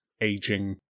aging